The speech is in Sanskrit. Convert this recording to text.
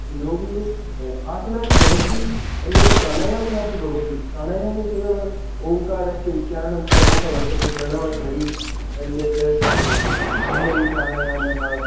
योगे आसनानि भवन्ति अन्यत् प्राणायामः अपि भवति प्राणायामे केवलम् ओङ्कारस्य उच्चारणं प्रमुखं वर्तते प्रणवध्वनिः अन्यत् भ्रामरीप्राणायामः